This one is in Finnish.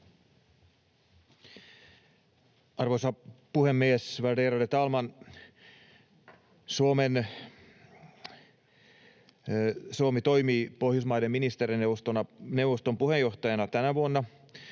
Arvoisa puhemies, värderade talman! Suomi toimii Pohjoismaiden ministerineuvoston puheenjohtajana tänä vuonna.